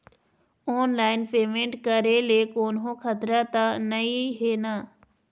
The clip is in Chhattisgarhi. ऑनलाइन पेमेंट करे ले कोन्हो खतरा त नई हे न?